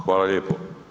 Hvala lijepo.